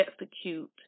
execute